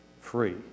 free